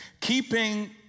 Keeping